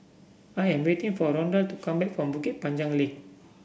I am waiting for Rondal to come back from Bukit Panjang Link